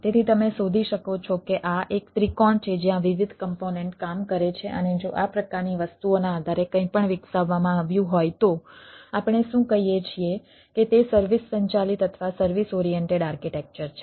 તેથી તમે શોધી શકો છો કે આ એક ત્રિકોણ છે જ્યાં વિવિધ કમ્પોનેન્ટ કામ કરે છે અને જો આ પ્રકારની વસ્તુઓના આધારે કંઈપણ વિકસાવવામાં આવ્યું હોય તો આપણે શું કહીએ છીએ કે તે સર્વિસ સંચાલિત અથવા સર્વિસ ઓરિએન્ટેડ આર્કિટેક્ચર છે